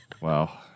Wow